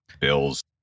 bills